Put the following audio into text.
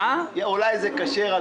אולי זה כשר,